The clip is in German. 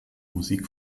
musik